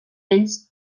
ells